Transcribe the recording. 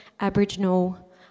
Aboriginal